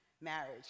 marriage